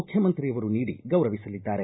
ಮುಖ್ಯಮಂತ್ರಿಯವರು ನೀಡಿ ಗೌರವಿಸಲಿದ್ದಾರೆ